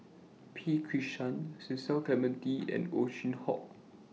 P Krishnan Cecil Clementi and Ow Chin Hock